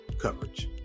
coverage